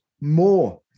more